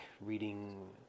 reading